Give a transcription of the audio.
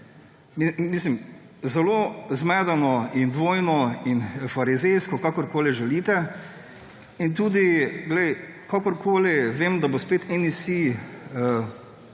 Mislim, zelo zmedeno in dvojno in farizejsko, kakorkoli želite. In tudi kakorkoli, vem, da da bo spet NSi